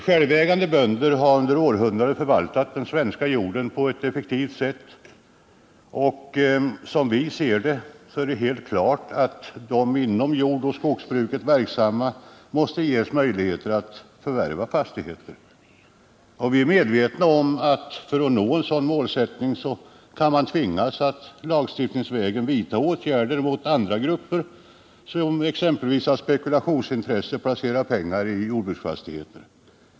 Självägande bönder har under århundraden förvaltat den svenska jorden på ett effektivt sätt. Som vi ser saken är det då helt klart att de inom jordoch skogsbruket verksamma måste ges möjligheter att förvärva fastigheter. Vi är medvetna om att man för att nå en sådan målsättning kan tvingas att lagstiftningsvägen vidta åtgärder mot andra grupper, vilka av spekulationsintresse placerar pengar i jordbruksfastigheter.